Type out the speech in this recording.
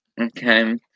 okay